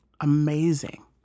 Amazing